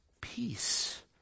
peace